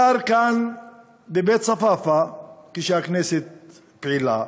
גר כאן בבית-צפאפא כשהכנסת פעילה,